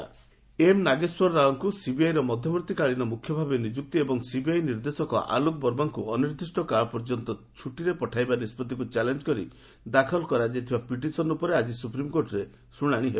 SC CBI M Nageswara ରାଓଙ୍କୁ CBI ର ମଧ୍ୟବର୍ତ୍ତୀକାଳୀନ ମୁଖ୍ୟ ଭାବେ ନିଯୁକ୍ତି ଏବଂ ସିବିଆଇ ନିର୍ଦ୍ଦେଶକ ଆଲୋକ ବର୍ମାଙ୍କୁ ଅନିର୍ଦ୍ଦିଷ୍ଟକାଳ ପର୍ଯ୍ୟନ୍ତ ଛୁଟିରେ ପଠାଇବା ନିଷ୍କଭିକୁ ଚ୍ୟାଲେଞ୍ଜ କରି ଦାଖଲ କରାଯାଇଥିବା ପିଟିସନ୍ ଉପରେ ଆଜି ସୁପ୍ରିମ୍କୋର୍ଟରେ ଶୁଶାଣି ହେବ